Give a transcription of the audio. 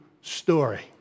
story